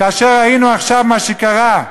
כאשר ראינו עכשיו מה שקרה,